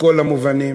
בכל המובנים?